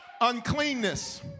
Uncleanness